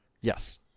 Yes